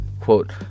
quote